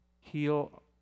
Heal